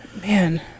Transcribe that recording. Man